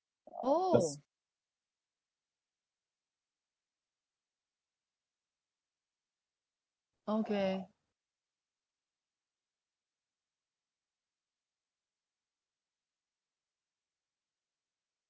oh okay